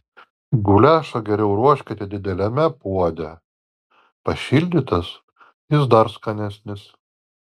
guliašą geriau ruoškite dideliame puode pašildytas jis dar skanesnis